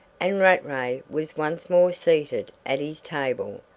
and rattray was once more seated at his table,